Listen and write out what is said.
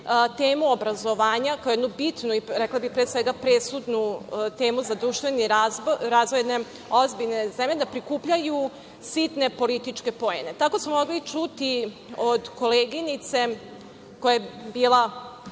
temu obrazovanja kao jednu bitnu i, rekla bih, pre svega presudnu temu za društveni razvoj jedne ozbiljne zemlje, da prikupljaju sitne političke poene. Tako smo mogli čuti od koleginice koja je bila,